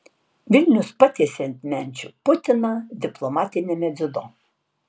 vilnius patiesė ant menčių putiną diplomatiniame dziudo